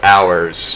Hours